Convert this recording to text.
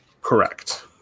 Correct